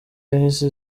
yahise